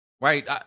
right